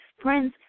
friends